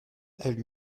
elle